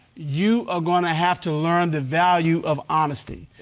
you are gonna have to learn the value of honesty.